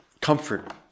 comfort